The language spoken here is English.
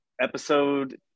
Episode